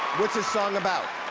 what's the song about?